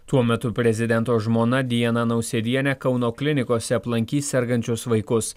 tuo metu prezidento žmona diana nausėdienė kauno klinikose aplankys sergančius vaikus